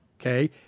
Okay